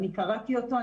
קראתי אותו,